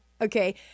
okay